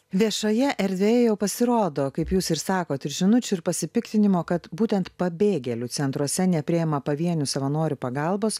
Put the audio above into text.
viešoje erdvėje jau pasirodo kaip jūs ir sakot ir žinučių ir pasipiktinimo kad būtent pabėgėlių centruose nepriima pavienių savanorių pagalbos